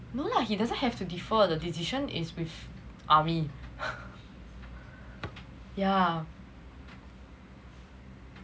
no lah he doesn't have to defer the decision is with army yeah